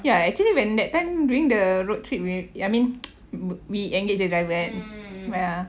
ya actually when that time during the road trip with I mean we engage the driver kan ya